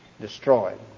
destroyed